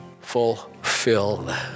fulfilled